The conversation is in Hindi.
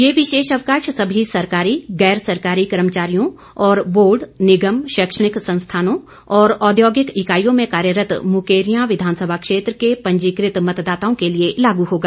ये विशेष अवकाश सभी सरकारी गैर सरकारी कर्मचारियों और बोर्ड निगम शैक्षणिक संस्थानों और औद्योगिक इकाईयों में कार्यरत मुकेरियां विधानसभा क्षेत्र के पंजीकृत मतदाताओं के लिए लागू होगा